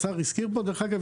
דרך אגב,